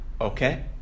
okay